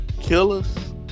killers